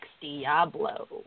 Diablo